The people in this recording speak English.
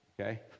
okay